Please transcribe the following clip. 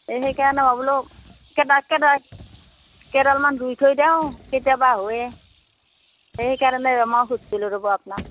এই সেইকাৰণে মই বোলো কেইডালমান ৰুই থৈ দিওঁ কেতিয়াবা হয়েই সেইকাৰণে মই সুধিছিলোঁ ৰ'ব আপোনাক